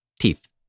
teeth